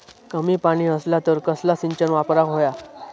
कमी पाणी असला तर कसला सिंचन वापराक होया?